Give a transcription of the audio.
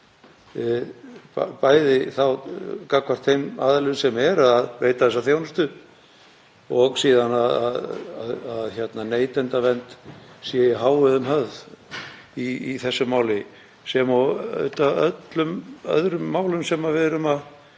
bæði gagnvart þeim aðilum sem veita þessa þjónustu og að neytendavernd sé í hávegum höfð í þessu máli sem og öllum öðrum málum sem við erum að